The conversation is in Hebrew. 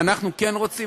ואנחנו כן רוצים,